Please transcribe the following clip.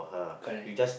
correct